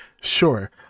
sure